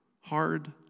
hard